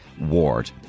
Ward